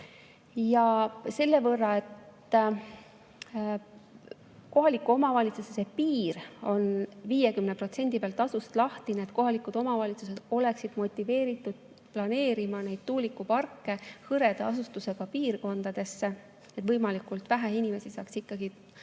Selle tõttu, et kohaliku omavalitsuse piir on 50% peal tasust lahti, need kohalikud omavalitsused oleksid motiveeritud planeerima tuulikuparke hõreda asustusega piirkondadesse, et võimalikult vähe inimesi saaks ikkagi